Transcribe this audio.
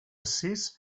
sis